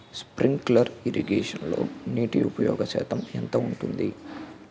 Sprinkler ఇరగేషన్లో నీటి ఉపయోగ శాతం ఎంత ఉంటుంది?